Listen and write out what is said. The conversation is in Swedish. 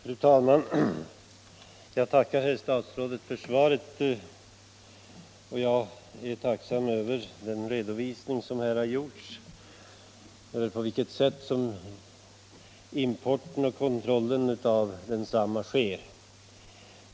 Fru talman! Jag tackar herr statsrådet för svaret, och jag är tacksam för den redovisning som här har lämnats för det sätt på vilket importen och kontrollen av denna sker.